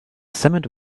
cement